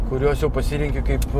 kuriuos jau pasirenki kaip